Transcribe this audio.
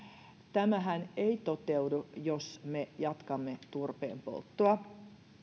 tämähän ei toteudu jos me jatkamme turpeen polttoa